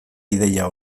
ideia